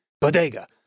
Bodega